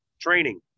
training